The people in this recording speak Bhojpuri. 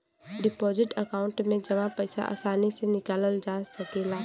डिपोजिट अकांउट में जमा पइसा आसानी से निकालल जा सकला